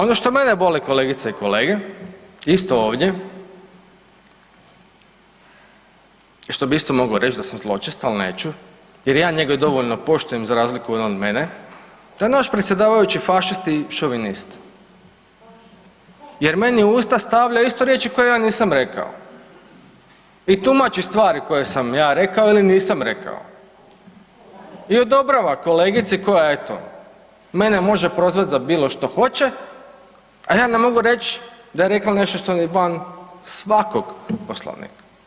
Ono što mene boli kolegice i kolege isto ovdje, što bi isto mogao reći da sam zločest, ali neću, jer ja njega dovoljno poštujem za razliku od on mene, da naš predsjedavajući je fašist i šovinist jer meni u usta stavlja isto riječi koje ja nisam rekao i tumači stvari koje sam ja rekao ili nisam rekao i odobrava kolegici koja eto mene može prozvat za bilo što hoće, a ja ne mogu reć da je rekla nešto što je van svakog poslovnika.